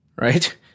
right